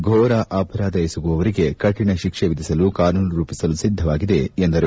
ಘೋರ ಅಪರಾಧ ಎಸಗುವವರಿಗೆ ಕಠಿಣ ಶಿಕ್ಷೆ ವಿಧಿಸಲು ಕಾನೂನು ರೂಪಿಸಲು ಸಿದ್ದವಾಗಿದೆ ಎಂದರು